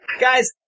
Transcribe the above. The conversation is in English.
guys